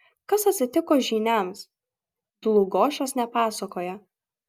kas atsitiko žyniams dlugošas nepasakoja